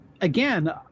again—